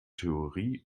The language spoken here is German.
theorie